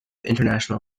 international